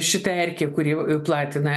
šitą erkė kuri platina